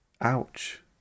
Ouch